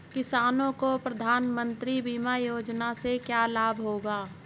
किसानों को प्रधानमंत्री बीमा योजना से क्या लाभ होगा?